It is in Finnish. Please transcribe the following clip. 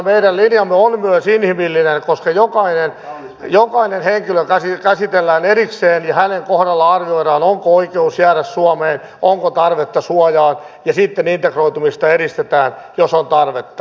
mutta tämä meidän linjamme on myös inhimillinen koska jokainen henkilö käsitellään erikseen ja hänen kohdallaan arvioidaan onko oikeus jäädä suomeen onko tarvetta suojaan ja sitten integroitumista edistetään jos on tarvetta